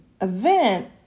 event